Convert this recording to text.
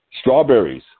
strawberries